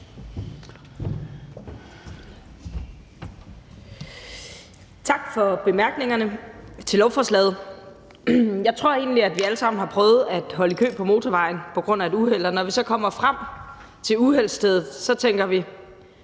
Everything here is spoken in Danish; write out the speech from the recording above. Tak for bemærkningerne til lovforslaget. Jeg tror egentlig, at vi alle sammen har prøvet at holde i kø på motorvejen på grund af et uheld, og når vi så kommer frem til uheldsstedet, tænker vi: